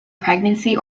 pregnancy